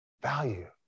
value